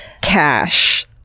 cash